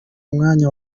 mwuka